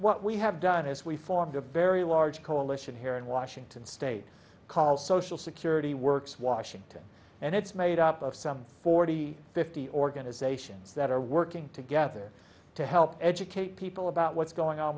what we have done is we formed a very large coalition here in washington state called social security works washington and it's made up of some forty fifty organizations that are working together to help educate people about what's going on